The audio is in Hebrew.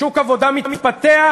שוק העבודה מתפתח,